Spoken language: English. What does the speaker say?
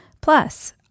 Plus